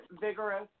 vigorous